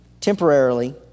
temporarily